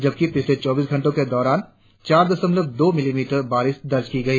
जबकि पिछले चौबीस घंटों के दौरान चार दशमलव दो मिलीमीटर बारिश दर्ज की गई